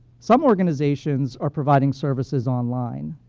some organizations are providing services online.